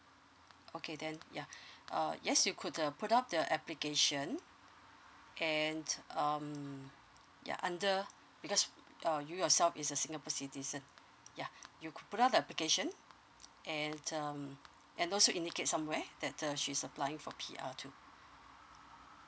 okay then yeah uh yes you could uh put up the application and um ya under because uh you yourself is a singapore citizen yeah you could put up the application and um and also indicate somewhere better she's applying for P_R too